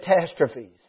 catastrophes